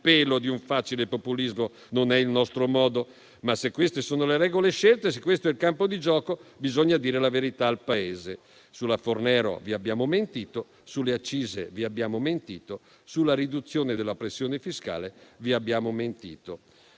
pelo di un facile populismo, non è il nostro modo, ma se queste sono le regole scelte, se questo è il campo di gioco, bisogna dire la verità al Paese: sulla Fornero vi abbiamo mentito, sulle accise vi abbiamo mentito, sulla riduzione della pressione fiscale vi abbiamo mentito.